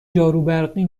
جاروبرقی